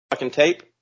Tape